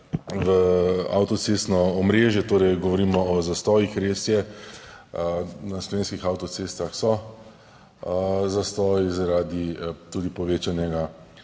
v avtocestno omrežje, torej govorimo o zastojih. Res je, na slovenskih avtocestah so zastoji, zaradi tudi povečanega